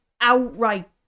outright